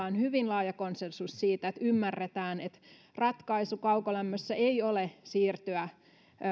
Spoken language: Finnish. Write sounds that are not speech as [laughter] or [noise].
[unintelligible] on hyvin laaja konsensus siitä että ymmärretään että ratkaisu kaukolämmössä ei ole siirtyä